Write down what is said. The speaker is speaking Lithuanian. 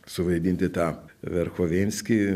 suvaidinti tą verchovenskį